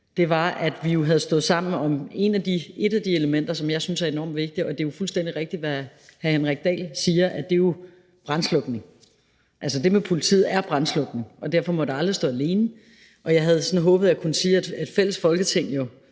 om, var, at vi jo havde stået sammen om et af de elementer, som jeg synes er enormt vigtigt, og det er fuldstændig rigtigt, hvad hr. Henrik Dahl siger, at det jo er brandslukning. Altså, det med politiet er brandslukning, og derfor må det aldrig stå alene, og jeg havde sådan håbet, at jeg kunne sige, at et fælles Folketing